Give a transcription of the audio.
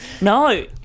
No